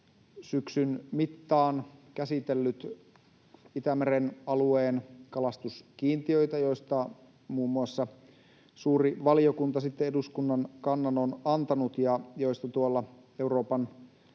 syksyn mittaan käsitellyt Itämeren alueen kalastuskiintiöitä, joista muun muassa suuri valiokunta eduskunnan kannan on antanut ja joista Euroopan